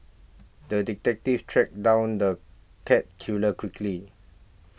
the detective tracked down the cat killer quickly